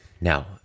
Now